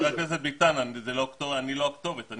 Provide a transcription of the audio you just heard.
חבר הכנסת ביטן, אני לא הכתובת.